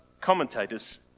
commentators